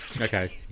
Okay